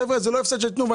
חבר'ה, זה לא הפסד של תנובה.